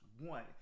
one